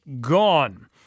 gone